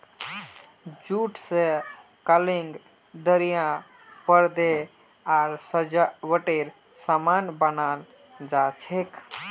jute स कालीन दरियाँ परदे आर सजावटेर सामान बनाल जा छेक